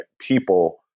people